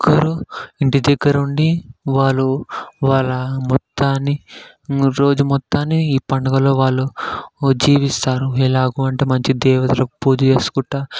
ప్రతి ఒక్కరు ఇంటిదగ్గర ఉండి వాళ్ళు వాళ్ళ మొత్తాన్ని రోజు మొత్తాన్ని ఈ పండుగలో వాళ్ళు జీవిస్తారు ఎలాగు అంటే మంచిగ దేవతలు పూజ చేసుకుంటా